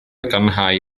gadarnhau